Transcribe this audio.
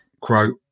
quote